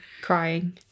crying